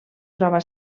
troba